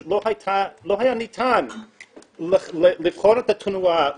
לא היה ניתן לבחון את התנועה,